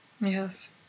yes